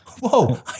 Whoa